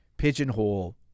pigeonhole